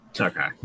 Okay